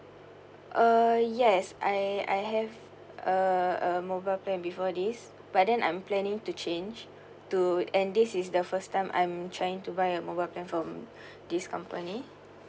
uh yes I I have a a mobile plan before this but then I'm planning to change to and this is the first time I'm trying to buy a mobile plan from this company